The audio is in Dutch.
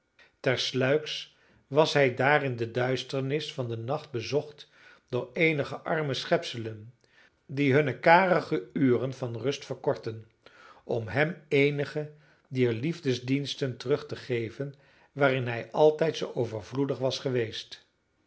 tersluiks was hij daar in de duisternis van den nacht bezocht door eenige arme schepselen die hunne karige uren van rust verkortten om hem eenige dier liefdediensten terug te geven waarin hij altijd zoo overvloedig was geweest